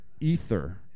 ether